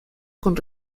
con